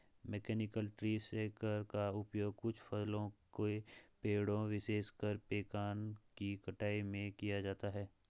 mechanical tree shaker का उपयोग कुछ फलों के पेड़ों, विशेषकर पेकान की कटाई में किया जाता है